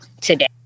today